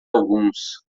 alguns